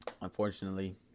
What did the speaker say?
unfortunately